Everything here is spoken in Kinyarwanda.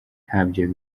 ntabyo